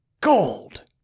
gold